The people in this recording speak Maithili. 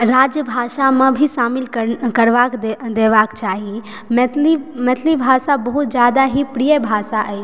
राजभाषामे भी शामिल करबाक देबाक चाही मैथिली मैथिली भाषा बहुत जादा ही प्रिय भाषा अछि